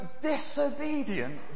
disobedient